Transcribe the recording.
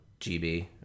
GB